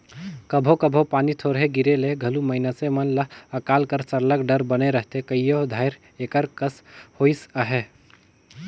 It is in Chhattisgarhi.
कभों कभों पानी थोरहें गिरे ले घलो मइनसे मन ल अकाल कर सरलग डर बने रहथे कइयो धाएर एकर कस होइस अहे